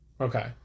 Okay